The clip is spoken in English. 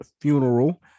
funeral